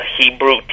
Hebrew